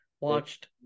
watched